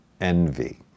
envy